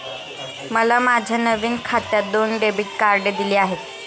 मला माझ्या नवीन खात्यात दोन डेबिट कार्डे दिली आहेत